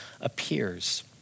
appears